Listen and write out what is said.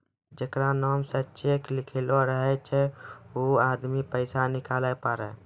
जेकरा नाम से चेक लिखलो रहै छै वैहै आदमी पैसा निकालै पारै